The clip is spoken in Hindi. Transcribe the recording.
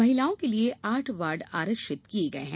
महिलाओं के लिए आठ वार्ड आरक्षित किये गये है